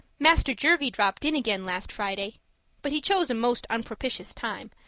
master jervie dropped in again last friday but he chose a most unpropitious time,